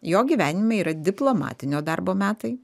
jo gyvenime yra diplomatinio darbo metai